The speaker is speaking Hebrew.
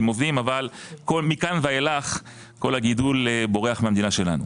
עם עובדים אבל מכאן ואילך כל הגידול בורח מהמדינה שלנו.